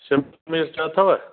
शिमला मिर्च अथव